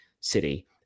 City